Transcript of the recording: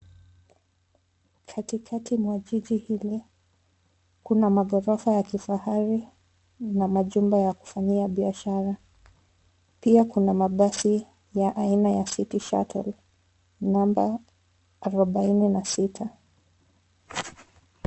Katikati mwa jiji hili, kuna maghorofa ya kifahari na majumba ya kufanyia biashara. Pia kuna mabasi ya aina ya, City shuttle, namba arobaini na sita.